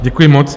Děkuji moc.